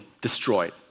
destroyed